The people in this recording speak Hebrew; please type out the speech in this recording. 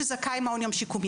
זכאי למעון יום שיקומי.